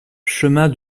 chemin